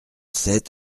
sept